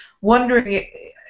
wondering